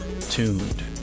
tuned